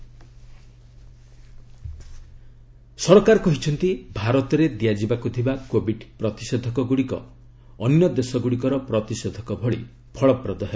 ଗଭ୍ covid vaccine ସରକାର କହିଛନ୍ତି ଭାରତରେ ଦିଆଯିବାକୁ ଥିବା କୋବିଡ୍ ପ୍ରତିଷେଧକ ଗୁଡ଼ିକ ଅନ୍ୟ ଦେଶ ଗୁଡ଼ିକର ପ୍ରତିଷେଧକ ଭଳି ଫଳପ୍ରଦ ହେବ